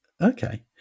Okay